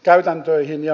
käytäntöihin ja